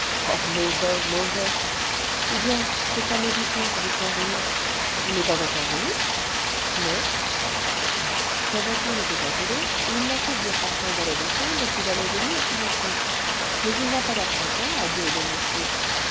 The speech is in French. mauvais mauvais eh bien ce fameux vicomte de saint-remy il n'est pas encore venu non tiens sa voiture était attelée et il m'a fait dire par son valet de chambre qu'il allait venir tout de suite mais il n'a pas l'air content a dit le domestique